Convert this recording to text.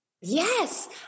yes